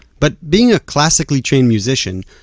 but being a classically-trained musician,